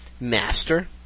Master